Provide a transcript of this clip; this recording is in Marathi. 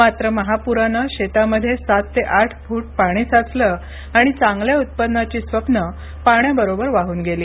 मात्र महापूरानं शेतांमध्ये सात ते आठ फूट पाणी साचलं आणि चांगल्या उत्पन्नाची स्वप्नं पाण्याबरोबर वाहून गेली